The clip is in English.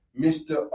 Mr